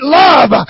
love